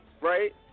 Right